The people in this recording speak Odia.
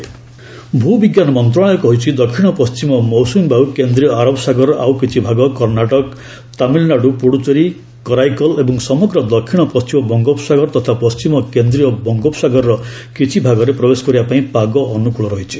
ସାଉଥ୍ଓେଷ୍ଟ୍ ମନସୁନ୍ ଭ୍ରବିଜ୍ଞାନ ମନ୍ତ୍ରଣାଳୟ କହିଛି ଦକ୍ଷିଣ ପଣ୍ଟିମ ମୌସୁମୀ ବାୟୁ କେନ୍ଦ୍ରୀୟ ଆରବ ସାଗରର ଆଉ କିଛି ଭାଗ କର୍ଣ୍ଣାଟକ ତାମିଲନାଡ଼ୁ ପୁଡ଼ୁଚେରୀ ଓ କରାଇକଲ୍ ଏବଂ ସମଗ୍ର ଦକ୍ଷିଣ ପଶ୍ଚିମ ବଙ୍ଗୋପସାଗର ତଥା ପଶ୍ଚିମ କେନ୍ଦ୍ରୀୟ ବଙ୍ଗୋପସାଗରର କିଛି ଭାଗରେ ପ୍ରବେଶ କରିବା ପାଇଁ ପାଗ ଅନୁକୂଳ ରହିଛି